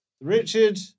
Richard